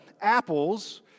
apples